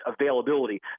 availability